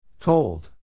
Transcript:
Told